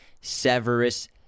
Severus